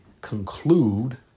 conclude